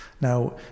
Now